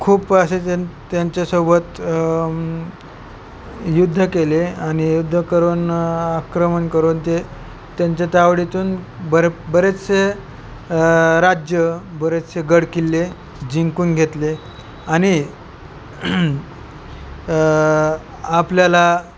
खूप असे त्यां त्यांच्यासोबत युद्ध केले आणि युद्ध करून आक्रमण करून ते त्यांच्या त्यावडीतून बरे बरेचसे राज्य बरेचसे गडकिल्ले जिंकून घेतले आणि आपल्याला